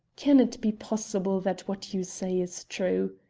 can it be possible that what you say is true?